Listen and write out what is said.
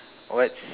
what's